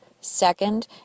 Second